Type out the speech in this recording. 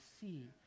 see